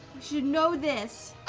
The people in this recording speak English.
should know this.